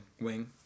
Wing